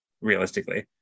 realistically